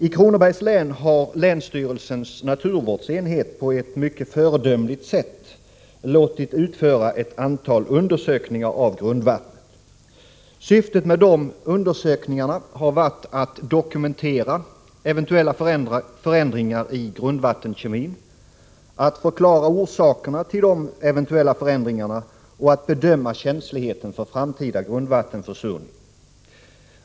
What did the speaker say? I Kronobergs län har länsstyrelsens naturvårdsenhet på ett mycket föredömligt sätt låtit utföra ett antal undersökningar av grundvattnet. Syftet med undersökningarna har varit att dokumentera eventuella förändringar i grundvattenkemin, att förklara orsakerna till de eventuella förändringarna och att bedöma känsligheten för framtida grundvattenförsurning.